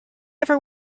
ever